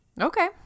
okay